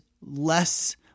less